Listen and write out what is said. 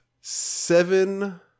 seven